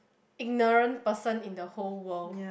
ignorant person in the whole world